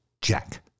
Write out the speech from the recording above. Jack